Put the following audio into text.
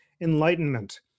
Enlightenment